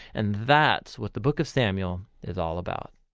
and that's what the book of samuel is all about.